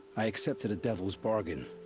i accepted a devil's bargain.